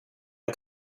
jag